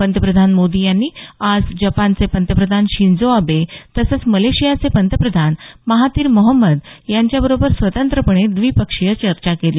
पंतप्रधान मोदी यांनी आज जपानचे पंतप्रधान शिंजो अबे तसंच मलेशियाचे पंतप्रधान महाथीर मोहम्मद यांच्या बरोबर स्वतंत्रपणे द्विपक्षीय चर्चा केली